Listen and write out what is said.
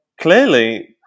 Clearly